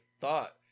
thought